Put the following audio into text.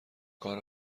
کار